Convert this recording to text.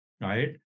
right